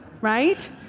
right